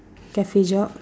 cafe job